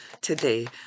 today